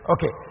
Okay